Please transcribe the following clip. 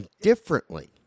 differently